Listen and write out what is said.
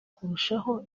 kurushaho